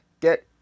get